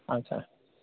आच्चा